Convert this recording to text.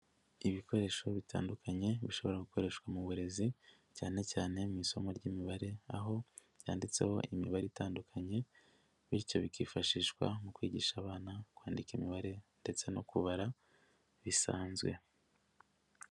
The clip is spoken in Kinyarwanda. Ibikoresho bitandukanye bishobora gukoreshwa mu burezi cyane cyane mu isomo ry'imibare, aho byanditseho imibare itandukanye bityo bikifashishwa mu kwigisha abana kwandika imibare ndetse no kubara bisanzwe.